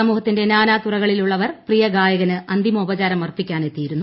സമൂഹത്തിന്റെ നാനാ തുറകളിലുള്ളവർ പ്രിയ ഗായ്ക്കന്റ് അന്തിമോപചാരം അർപ്പിക്കാൻ എത്തിയിരുന്നു